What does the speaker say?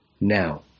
Now